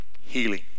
healing